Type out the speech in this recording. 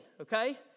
okay